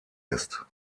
ist